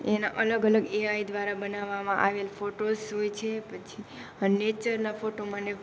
એને અલગ અલગ એ આઈ દ્વારા બનાવવામાં આવેલ ફોટોસ હોય છે પછી નેચરના ફોટો મને